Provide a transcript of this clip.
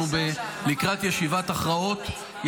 אנחנו לקראת ישיבת הכרעות.